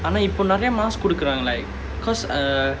ஆனா இப்போ நிறைய:aanaa ippo niraiya mask குடுக்குறாங்க:kudukkuraanga like because err